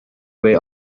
way